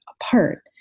apart